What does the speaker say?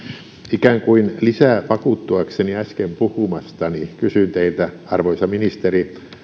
ikään kuin lisää vakuuttuakseni äsken puhumastani kysyn teiltä arvoisa ministeri